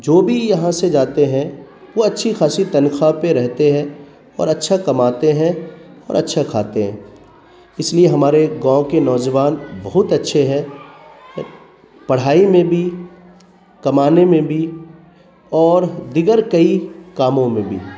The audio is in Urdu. جو بھی یہاں سے جاتے ہیں وہ اچھی خاصی تنخواہ پہ رہتے ہیں اور اچھا کماتے ہیں اور اچھا کھاتے ہیں اس لیے ہمارے گاؤں کے نوجوان بہت اچھے ہیں پڑھائی میں بھی کمانے میں بھی اور دیگر کئی کاموں میں بھی